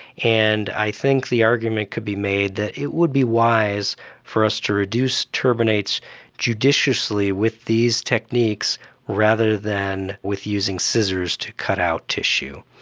and i think the argument could be made that it would be wise for us to reduce turbinates judiciously with these techniques rather than with using scissors to cut out tissue.